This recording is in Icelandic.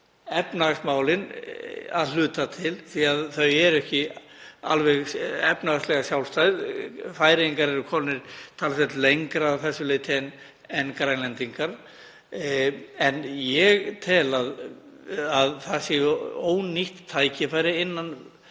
efnahagsmálin að hluta til, því að þau eru ekki alveg efnahagslega sjálfstæð. Færeyingar eru komnir talsvert lengra að þessu leyti en Grænlendingar. En ég tel að það séu ónýtt tækifæri innan